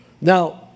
Now